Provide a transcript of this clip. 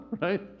right